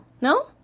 No